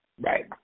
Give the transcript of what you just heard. Right